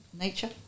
nature